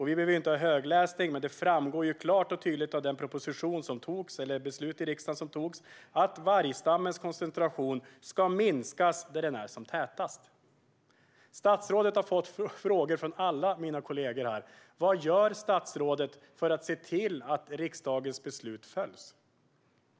Vi behöver inte ha högläsning, men det framgår klart och tydligt av det beslut som antogs i riksdagen att vargstammens koncentration ska minskas där den är som tätast. Statsrådet har fått frågor från alla mina kollegor här. Vad gör statsrådet för att se till att riksdagens beslut följs?